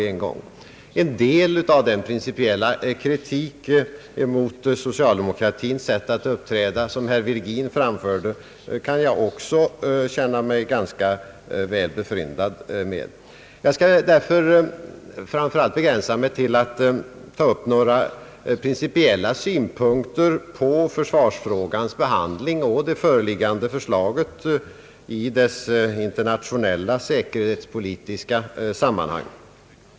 En del av den principiella kritik mot socialdemokratins sätt att uppträda som herr Virgin framförde kan jag också känna mig ganska väl befryndad med. Jag skall därför framför allt begränsa mig till att ta upp några principiella synpunkter på försvarsfrågans behandling och det föreliggande förslaget i dess internationella säkerhetspolitiska sammanhang.